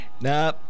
Nah